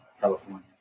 California